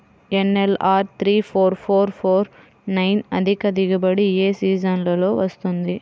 NLR three four four four nine అధిక దిగుబడి ఏ సీజన్లలో వస్తుంది?